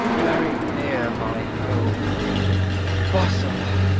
very near my home bosola!